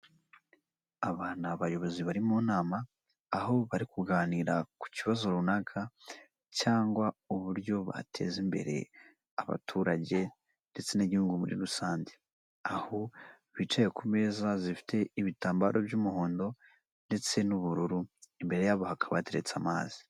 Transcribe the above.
Aba ni abayobozi bari mu nama, aho bari kuganira ku kibazo runaka cyangwa uburyo bateza imbere abaturage ndetse n'igihugu muri rusange; aho bicaye ku meza zifite ibitambaro by'umuhondo ndetse n'ubururu, imbere yabo hakaba hateretse amazi.